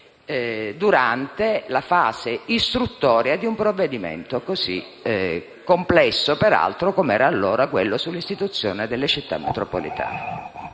durante la fase istruttoria di un provvedimento così complesso, com'era allora quello sull'istituzione delle Città metropolitane.